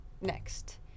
next